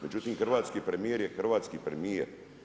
Međutim hrvatski premijer je hrvatski premijer.